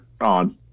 on